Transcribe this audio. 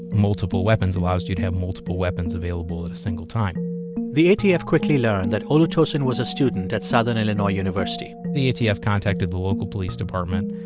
multiple weapons allows you to have multiple weapons available at a single time the atf quickly learned that olutosin was a student at southern illinois university the atf contacted the local police department,